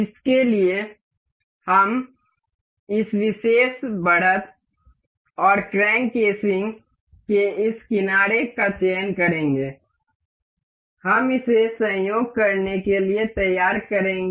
इसके लिए हम इस विशेष बढ़त और क्रैंक केसिंग के इस किनारे का चयन करेंगे हम इसे संयोग करने के लिए तैयार करेंगे